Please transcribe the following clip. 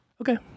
Okay